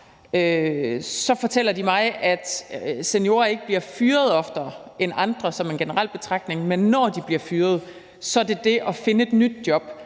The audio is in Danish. fortæller de mig, at seniorer ikke bliver fyret oftere end andre – det er en generel betragtning – men når de bliver fyret, er det det at finde et nyt job,